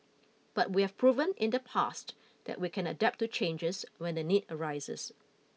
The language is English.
but we have proven in the past that we can adapt to changes when the need arises